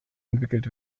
entwickelt